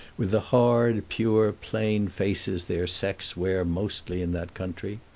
with the hard, pure, plain faces their sex wear mostly in that country.